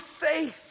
faith